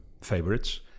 favorites